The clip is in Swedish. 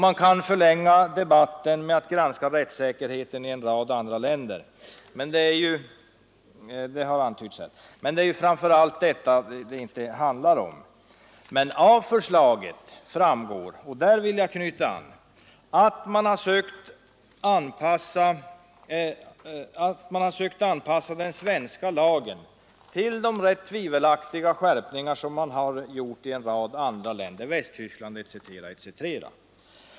Man kan förlänga debatten med att granska rättssäkerheten i en del andra länder — det har antytts här — men det handlar inte om detta. Av förslaget framgår dock — och där vill jag knyta an — att man har sökt anpassa den svenska lagen till de rätt tvivelaktiga skärpningar som har gjorts i en del andra länder, exempelvis Västtyskland.